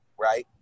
right